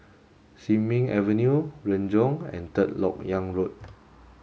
Sin Ming Avenue Renjong and Third Lok Yang Road